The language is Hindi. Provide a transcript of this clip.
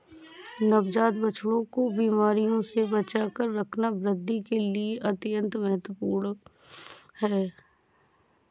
नवजात बछड़ों को बीमारियों से बचाकर रखना वृद्धि के लिए अत्यंत महत्वपूर्ण है